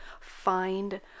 find